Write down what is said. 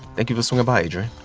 thank you for swinging by, adrian.